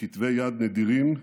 כתבי יד נדירים,